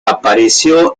apareció